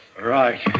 Right